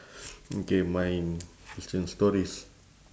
okay mine question stories